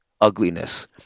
ugliness